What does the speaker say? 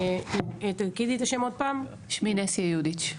לנסיה יודיץ':